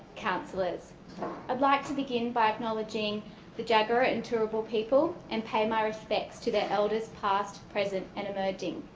councillors. i'd like to begin by acknowledging the jagera and turrbal people and pay my respects to the elders past, present and emerging.